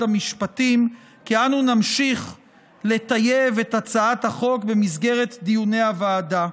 המשפטים כי אנו נמשיך לטייב את הצעת החוק במסגרת דיוני הוועדה.